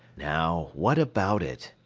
now, what about it?